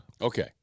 okay